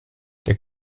der